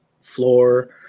floor